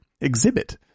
exhibit